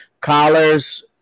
collars